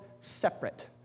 separate